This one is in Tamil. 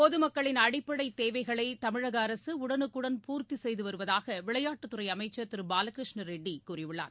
பொதுமக்களின் அடிப்படைத் தேவைகளை தமிழக அரசு உடனுக்குடன் பூர்த்தி செய்து வருவதாக விளையாட்டுத் துறை அமைச்சர் திரு பாலகிருஷ்ணரெட்டி கூறியுள்ளார்